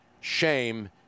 shame